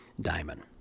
diamond